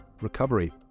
recovery